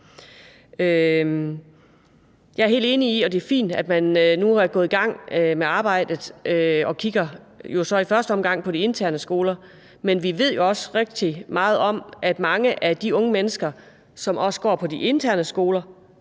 Jeg er helt enig i, at det er fint, at man nu er gået i gang med arbejdet og jo så i første omgang kigger på de interne skoler, men vi ved jo også rigtig meget om, at mange af de unge mennesker, som går på de interne skoler,